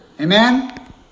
Amen